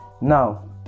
Now